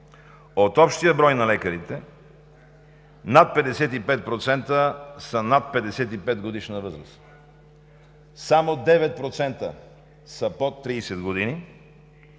от общия брой на лекарите над 55% са над 55 годишна възраст, само 9% са под 30 години